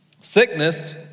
sickness